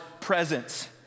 presence